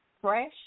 fresh